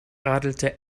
radelte